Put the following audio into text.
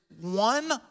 one